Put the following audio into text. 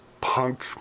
punk